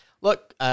look –